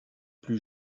plus